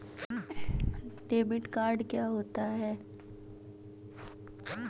Debit card क्या होता है?